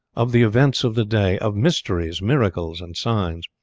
of the events of the day, of mysteries, miracles, and signs.